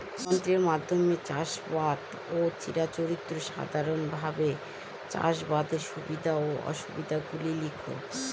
যন্ত্রের মাধ্যমে চাষাবাদ ও চিরাচরিত সাধারণভাবে চাষাবাদের সুবিধা ও অসুবিধা গুলি লেখ?